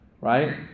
Right